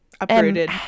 uprooted